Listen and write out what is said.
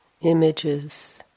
images